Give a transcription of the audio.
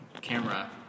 camera